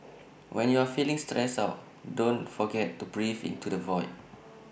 when you are feeling stressed out don't forget to breathe into the void